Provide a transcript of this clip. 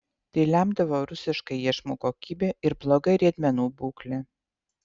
tai lemdavo rusiška iešmų kokybė ir bloga riedmenų būklė